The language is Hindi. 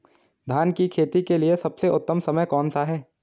धान की खेती के लिए सबसे उत्तम समय कौनसा है?